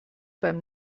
beim